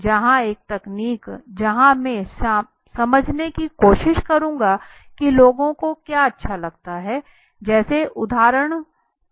जहाँ एक तकनीक जहाँ में समझने की कोशिश करूँगा कि लोगों को क्या अच्छा लगता है